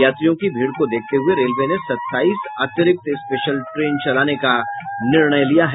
यात्रियों की भीड़ को देखते हुये रेलवे ने सत्ताईस अतिरिक्त स्पेशल ट्रेन चलाने का निर्णय लिया है